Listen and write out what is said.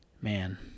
man